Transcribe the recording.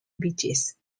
beaches